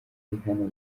rihanna